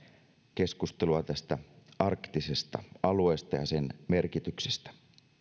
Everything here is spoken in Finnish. keskustelua tästä arktisesta alueesta ja sen merkityksestä